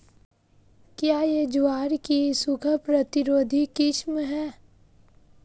क्या यह ज्वार की सूखा प्रतिरोधी किस्म है?